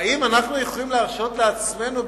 האם אנחנו יכולים להרשות לעצמנו,